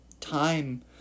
time